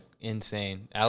insane